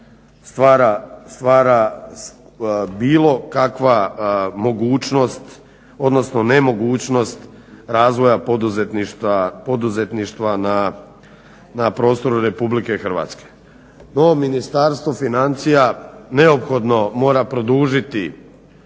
stvara bilo kakva mogućnost, odnosno nemogućnost razvoja poduzetništva na prostoru Republike Hrvatske. To Ministarstvo financija neophodno mora produžiti